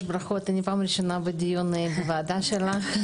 זו פעם ראשונה שאני נמצאת בדיון בוועדה שלך.